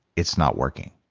it's not working.